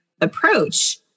approach